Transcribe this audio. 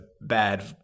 bad